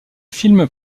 film